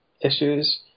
issues